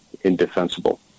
indefensible